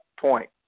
point